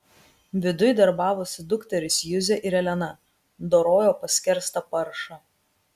viduj darbavosi dukterys juzė ir elena dorojo paskerstą paršą